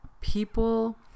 people